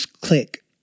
click